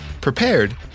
prepared